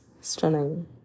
Stunning